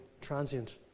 transient